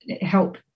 help